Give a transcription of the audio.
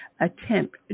attempt